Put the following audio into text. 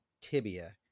tibia